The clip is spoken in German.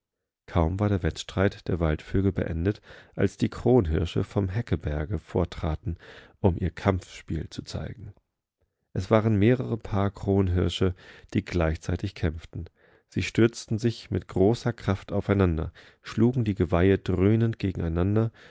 kaum war der wettstreit der waldvögel beendet als die kronhirsche vom häckeberge vortraten um ihr kampfspiel zu zeigen es waren mehrere paar kronhirsche die gleichzeitig kämpften sie stürzten sich mit großer kraft aufeinander schlugen die geweihe dröhnend gegeneinander